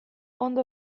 ondo